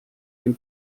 dem